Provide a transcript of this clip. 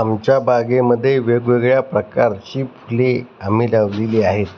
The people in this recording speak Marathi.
आमच्या बागेमध्ये वेगवेगळ्या प्रकारची फुले आम्ही लावलेली आहेत